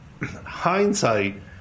hindsight